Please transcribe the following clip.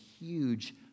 huge